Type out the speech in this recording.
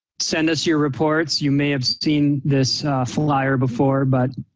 send us your reports. you may have seen this flyer before but